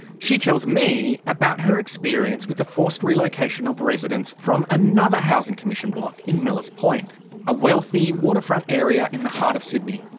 she tells me about her experience with the forced relocation of residents from another housing commission block in millers point a wealthy waterfront area in the heart of sydney.